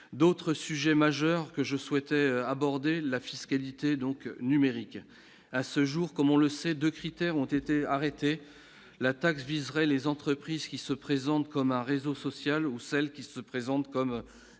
d'autres sujets majeurs que je souhaitais aborder la fiscalité donc numérique à ce jour, comme on le sait, de critères ont été arrêtés la taxe viserait les entreprises qui se présente comme un réseau social ou celle qui se présente comme